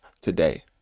today